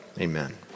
amen